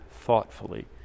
thoughtfully